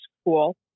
school